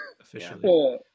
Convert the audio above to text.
officially